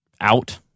out